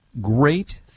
great